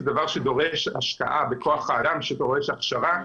זה דבר שדורש השקעה בכוח האדם שדורש הכשרה.